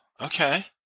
Okay